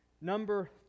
number